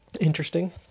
Interesting